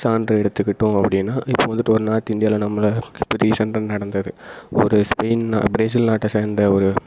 சான்று எடுத்துகிட்டோம் அப்படின்னா இப்போ வந்துவிட்டு ஒரு நார்த் இந்தியாவில நம்மள இப்போ ரீசெண்டாக நடந்தது ஒரு ஸ்பெயின் ப்ரேசில் நாட்டை சேர்ந்த ஒரு